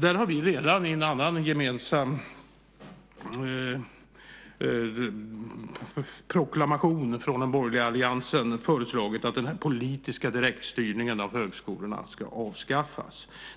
Där har vi redan i en annan gemensam proklamation från den borgerliga alliansen föreslagit ett avskaffande av den här politiska direktstyrningen av högskolorna.